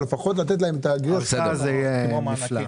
אבל לפחות לתת להם --- ההוצאה זה יהיה נפלא.